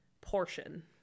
portion